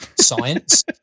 science